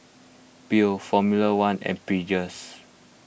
Biore formula one and Pringles